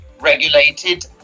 regulated